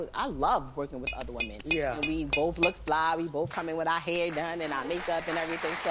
ah i love working with other women. yeah we both look fly, we both come in with our hair done and our makeup and everything,